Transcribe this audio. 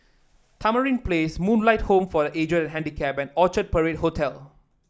Tamarind Place Moonlight Home for The Aged and Handicapped and Orchard Parade Hotel